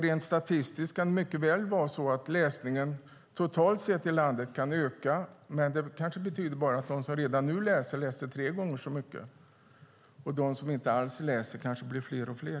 Rent statistiskt kan det mycket väl vara så att läsningen totalt sett kan öka i landet, men att det bara betyder att de som redan läser läser tre gånger så mycket och att de som inte läser alls blir fler och fler.